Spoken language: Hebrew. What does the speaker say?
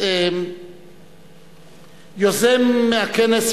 יוזם הכנס,